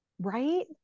right